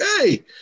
hey